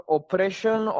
Oppression